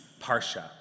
Parsha